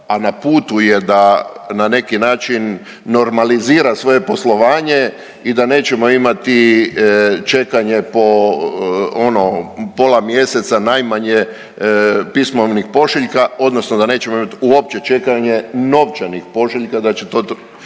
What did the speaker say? a na putu je da na neki način normalizira svoje poslovanje i da nećemo imati čekanje po ono pola mjeseca najmanje pismovnih pošiljka odnosno da nećemo imat uopće čekanje novčanih pošiljka, da će to,